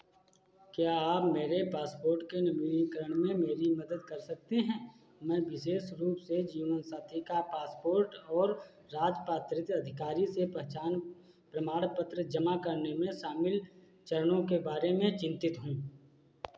क्या आप मेरे पासपोर्ट के नवीनीकरण में मेरी मदद कर सकते हैं मैं विशेष रूप से जीवनसाथी का पासपोर्ट और राजपात्रित अधिकारी से पहचान प्रमाण पत्र जमा करने में शामिल चरणों के बारे में चिंतित हूँ